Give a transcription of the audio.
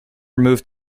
moved